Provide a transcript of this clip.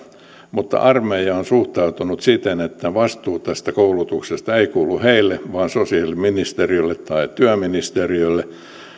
armeija on suhtautunut siten että vastuu tästä koulutuksesta ei kuulu sille vaan sosiaaliministeriölle tai työministeriölle